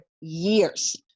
years